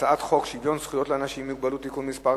שוויון זכויות לאנשים עם מוגבלות (תיקון מס'